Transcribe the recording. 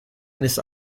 eines